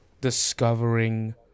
discovering